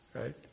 right